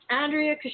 Andrea